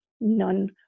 none